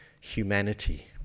humanity